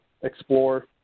explore